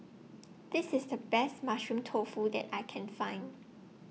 This IS The Best Mushroom Tofu that I Can Find